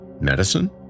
Medicine